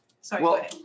sorry